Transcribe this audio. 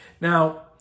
Now